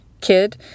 kid